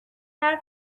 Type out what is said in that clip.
حرف